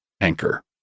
anchor